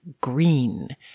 green